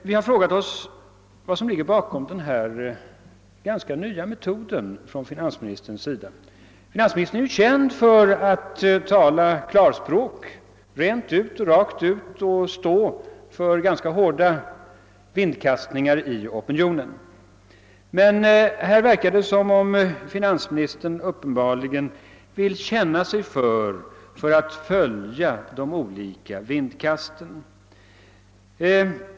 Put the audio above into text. Vi har frågat oss vad som ligger bakom denna ganska nya metod från finansministerns sida. Finansministern är ju känd för att tala klarspråk, rent och rakt ut, och stå för ganska hårda vindkast i opinionen, men här verkar det som om finansministern vill känna sig för för att följa de olika vindkasten.